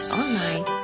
online